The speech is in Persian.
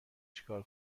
چیکار